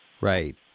Right